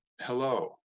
hello